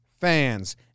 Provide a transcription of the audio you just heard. fans